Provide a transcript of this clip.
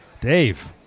Dave